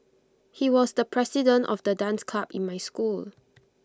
he was the president of the dance club in my school